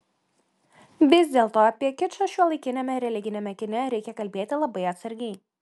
vis dėlto apie kičą šiuolaikiniame religiniame kine reikia kalbėti labai atsargiai